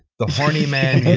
the horny man